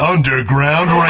Underground